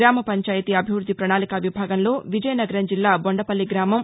గ్రామపంచాయతీ అభివృద్ది ప్రణాళిక విభాగంలో విజయనగరం జిల్లా బొండపల్లి గ్రామం